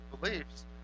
beliefs